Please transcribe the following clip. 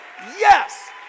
yes